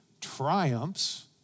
triumphs